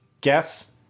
guess